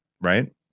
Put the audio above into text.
right